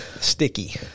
sticky